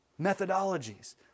Methodologies